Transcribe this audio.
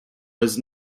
was